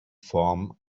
form